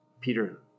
Peter